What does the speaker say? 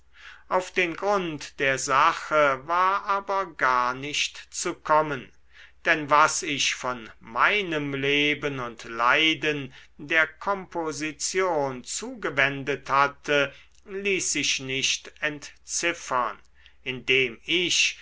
auf den grund der sache war aber gar nicht zu kommen denn was ich von meinem leben und leiden der komposition zugewendet hatte ließ sich nicht entziffern indem ich